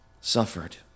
suffered